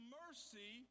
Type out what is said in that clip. mercy